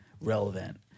relevant